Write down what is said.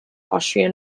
austrian